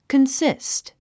consist